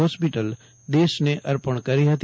hospital દેશને અર્પણ કરી ફતી